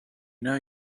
know